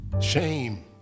Shame